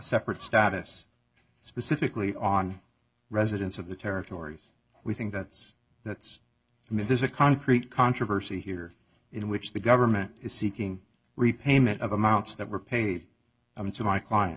separate status specifically on residents of the territory we think that's that's i mean there's a concrete controversy here in which the government is seeking repayment of amounts that were paid i mean to my client